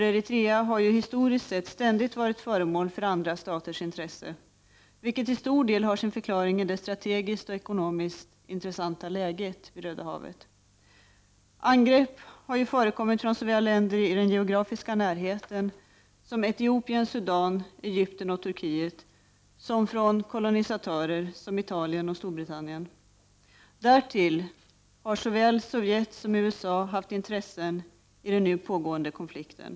Eritrea har nämligen historiskt sätt ständigt varit föremål för andra staters intresse, vilket till stor del har sin förklaring i det strategiskt och ekonomiskt intressanta läget vid Röda havet. Angrepp har kommit såväl från länder i den geografiska närheten som Etiopien, Sudan, Egypten och Turkiet som från kolonisatörer som Italien och Storbritannien. Därtill har såväl Sovjet som USA haft intressen i den nu »ågående konflikten.